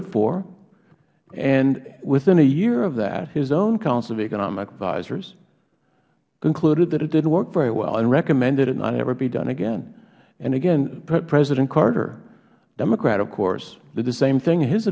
voted for and within a year of that his own council of economic advisors concluded that it didn't work very well and recommended it not ever be done again again president carter a democrat of course the same thing his